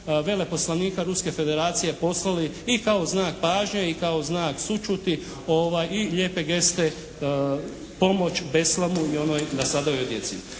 veleposlanika Ruske Federacije poslali i kao znak pažnje i kao znak sućuti i lijepe geste pomoć Beslamu i onoj …/Govornik